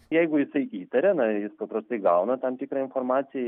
jeigu jisai įtaria na jis paprastai gauna tam tikrą informaciją